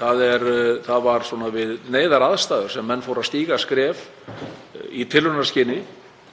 Það var við neyðaraðstæður sem menn fóru að stíga skref í tilraunaskyni